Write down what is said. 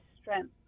strength